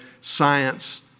science